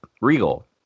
Regal